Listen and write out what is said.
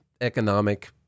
economic